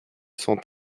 sont